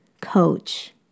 coach